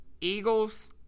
Eagles